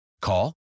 Call